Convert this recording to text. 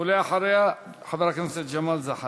ואחריה, חבר הכנסת ג'מאל זחאלקה.